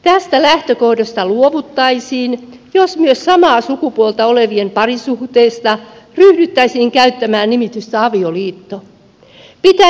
tästä lähtökohdasta luovuttaisiin jos myös samaa sukupuolta olevien parisuhteista ryhdyttäisiin käyttämään nimitystä avioliitto